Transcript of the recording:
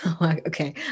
okay